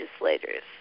legislators